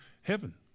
heaven